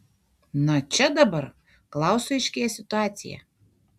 na čia dabar klausui aiškėja situacija